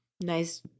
Nice